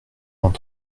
vingt